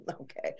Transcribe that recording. okay